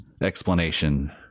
explanation